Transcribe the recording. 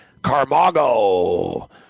Carmago